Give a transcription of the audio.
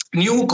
new